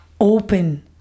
open